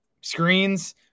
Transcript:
screens